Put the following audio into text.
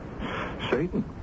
Satan